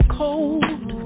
cold